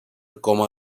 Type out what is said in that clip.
coma